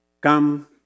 come